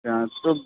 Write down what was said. अच्छा तो